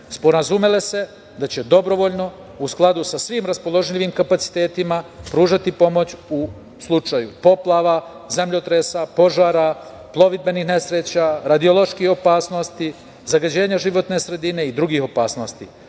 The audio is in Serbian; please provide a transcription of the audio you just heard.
sporazumele se da će dobrovoljno u skladu sa svim raspoloživim kapacitetima pružati pomoć u slučaju poplava, zemljotresa, požara, plovidbenih nesreća, radioloških opasnosti, zagađenja životne sredine i drugih opasnosti. Sporazum